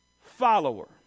follower